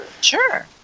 sure